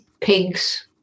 pigs